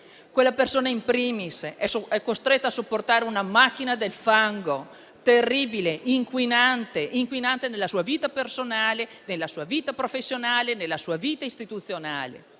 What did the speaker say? Quella persona *in primis* è costretta a sopportare una macchina del fango terribile e inquinante nella sua vita personale, nella sua vita professionale, nella sua vita istituzionale,